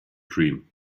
dream